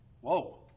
Whoa